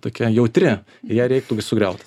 tokia jautri ją reiktų sugriaut